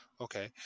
Okay